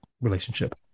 relationship